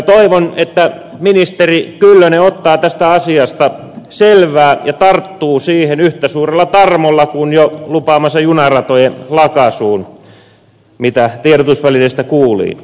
toivon että ministeri kyllönen ottaa tästä asiasta selvää ja tarttuu siihen yhtä suurella tarmolla kuin jo lupaamaansa junaratojen lakaisuun josta tiedotusvälineistä kuulin